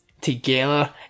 together